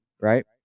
right